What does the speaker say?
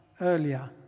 earlier